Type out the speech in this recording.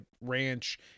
ranch